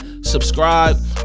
subscribe